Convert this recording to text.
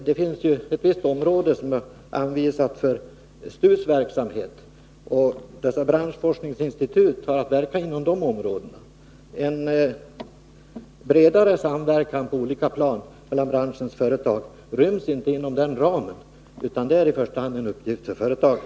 Det finns ett visst område som är anvisat för STU:s verksamhet, och dessa branschforskningsinstitut har att verka inom det området. En bredare samverkan på olika plan mellan branschens företag ryms inte inom denna ram, utan det är i första hand en uppgift för företagen.